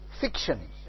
fiction